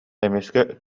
эмискэ